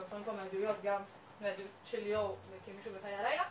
שומעים כאן מהעדויות גם של ליאור כמי שבא מחיי הלילה,